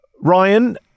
Ryan